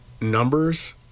numbers